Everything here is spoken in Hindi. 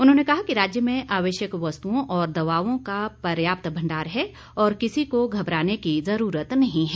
उन्होंने कहा कि राज्य में आवश्यक वस्तुओं और दवाओं का पर्याप्त भंडार है और किसी को घबराने की जरूरत नहीं है